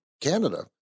Canada